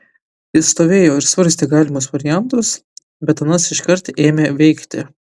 jis stovėjo ir svarstė galimus variantus bet anas iškart ėmė veikti